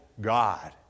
God